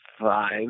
five